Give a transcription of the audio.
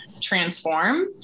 transform